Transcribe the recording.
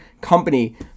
Company